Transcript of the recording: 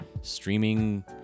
streaming